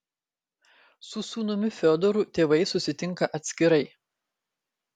su sūnumi fiodoru tėvai susitinka atskirai